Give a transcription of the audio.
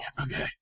Okay